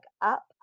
up